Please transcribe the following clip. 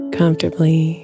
comfortably